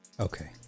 okay